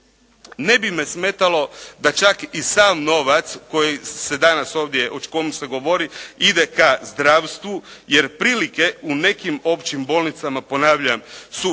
ne bi me smetalo da čak i sam novac koji se danas ovdje, o komu se govori, ide ka zdravstvu jer prilike u nekim općim bolnicama ponavljam su